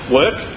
work